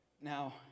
Now